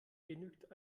genügt